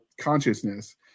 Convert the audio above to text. consciousness